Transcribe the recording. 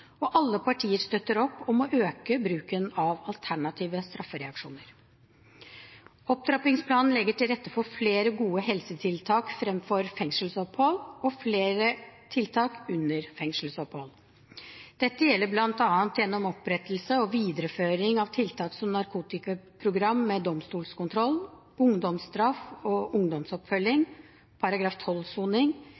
Og alle partier støtter opp om å øke bruken av alternative straffereaksjoner. Opptrappingsplanen legger til rette for flere gode helsetiltak fremfor fengselsopphold og flere tiltak under fengselsopphold. Dette gjelder bl.a. gjennom opprettelse og videreføring av tiltak som Narkotikaprogram med domstolskontroll, ungdomsstraff og ungdomsoppfølging,